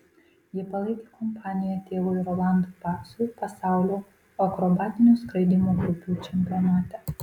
ji palaikė kompaniją tėvui rolandui paksui pasaulio akrobatinio skraidymo grupių čempionate